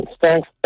thanks